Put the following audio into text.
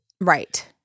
right